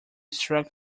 struck